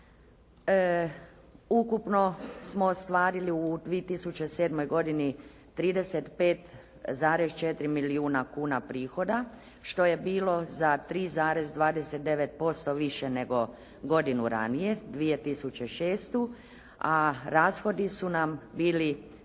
Ukupno smo ostvarili u 2007. godini 35,4 milijuna kuna prihoda što je bilo za 3,29% više nego godinu ranije 2006. a rashodi su nam bili